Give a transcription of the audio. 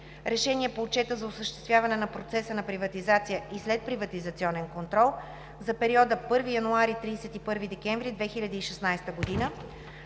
„РЕШЕНИЕ по Отчета за осъществяване на процеса на приватизация и следприватизационен контрол за периода от 1 януари до 31 декември 2016 г.